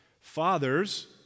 Fathers